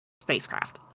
spacecraft